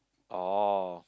oh